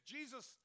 Jesus